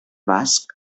basc